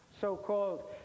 so-called